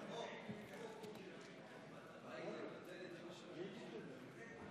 של חבר הכנסת חיים ביטון לפני סעיף